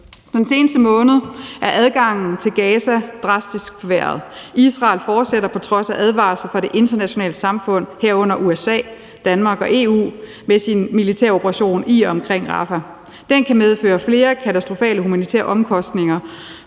Den seneste måned er adgangen til Gaza drastisk forværret. Israel fortsætter, på trods af advarsler fra det international samfund, herunder USA, Danmark og EU, med sin militæroperation og i omkring Rafah. Den kan medføre flere katastrofale humanitære omkostninger